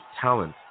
talent